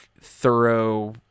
thorough